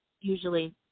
Usually